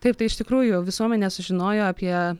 taip tai iš tikrųjų visuomenė sužinojo apie